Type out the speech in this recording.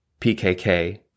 PKK